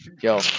Yo